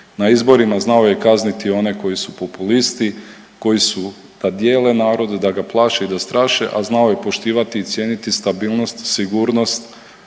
na izborima, znao je kazniti one koji su populisti, koji su, da dijele narod, da ga plaše i da straše, a znao je poštivati i cijeniti stabilnost, sigurnost